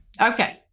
Okay